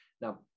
Now